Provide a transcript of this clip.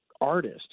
artist